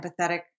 empathetic